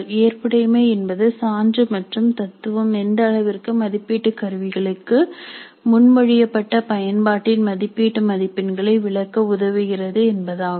ஏற்புடைமை என்பது சான்று மற்றும் தத்துவம் எந்த அளவிற்கு மதிப்பீட்டு கருவிகளுக்கு முன்மொழியப்பட்ட பயன்பாட்டின் மதிப்பீட்டு மதிப்பெண்களை விளக்க உதவுகிறது என்பதாகும்